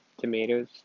tomatoes